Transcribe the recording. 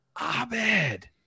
Abed